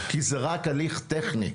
כי זה רק הליך טכני,